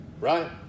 right